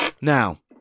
Now